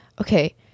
Okay